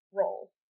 roles